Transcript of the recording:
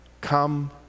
come